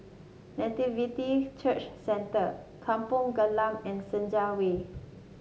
Nativity Church Centre Kampong Glam and Senja Way